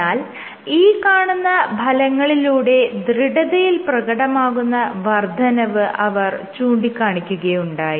എന്നാൽ ഈ കാണുന്ന ഫലങ്ങളിലൂടെ ദൃഢതയിൽ പ്രകടമാകുന്ന വർദ്ധനവ് അവർ ചൂണ്ടികാണിക്കുകയുണ്ടായി